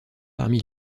parmi